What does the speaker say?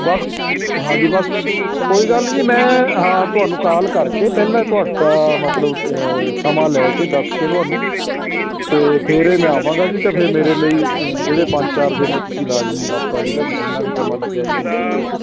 ਬਸ ਹਾਂਜੀ ਬਸ ਕੋਈ ਗੱਲ ਨਹੀਂ ਜੀ ਮੈਂ ਹਾਂ ਤੁਹਾਨੂੰ ਕਾਲ ਕਰਕੇ ਪਹਿਲਾਂ ਤੁਹਾਡਾ ਮਤਲਬ ਕਿ ਸਮਾਂ ਲੈ ਕੇ ਦੱਸ ਕੇ ਤੁਹਾਨੂੰ ਅਤੇ ਫਿਰ ਹੀ ਮੈਂ ਆਵਾਂਗਾ ਜੀ ਅਤੇ ਫਿਰ ਮੇਰੇ ਲਈ ਜਿਹੜੇ ਪੰਜ ਚਾਰ ਦਿਨ ਉਹ ਤੁਸੀਂ ਲਾਜ਼ਮੀ ਹਫ਼ਤਾ ਜਿਹੜਾ ਵੀ ਜਿੰਨਾਂ ਵੀ ਸਮਾਂ ਲੱਗਿਆ ਜ਼ਰੂਰ ਕੱਢਿਓ ਜੀ